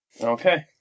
Okay